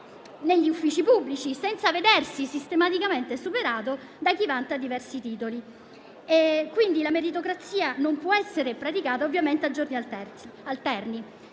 negli uffici pubblici senza vedersi sistematicamente superato da chi vanta diversi titoli. La meritocrazia non può essere praticata a giorni alterni.